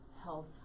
health